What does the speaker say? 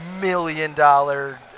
million-dollar